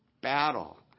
battle